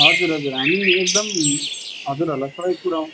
हजुर हजुर हामी एकदम हजुरहरूलाई सहयोग पुऱ्याउँ